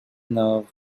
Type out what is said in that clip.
nerve